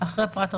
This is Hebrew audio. אחרי פרט (44)